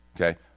Okay